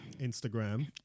instagram